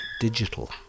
digital